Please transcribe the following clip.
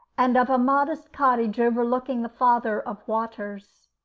and of a modest cottage overlooking the father of waters.